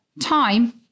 time